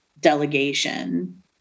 delegation